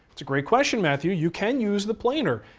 that's a great question, matthew. you can use the planer.